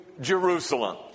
Jerusalem